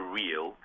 real